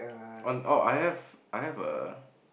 on oh I have I have a